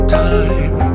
time